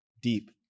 deep